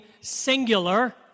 singular